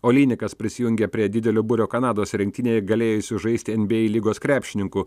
olynikas prisijungė prie didelio būrio kanados rinktinėje galėjusių žaisti nba lygos krepšininkų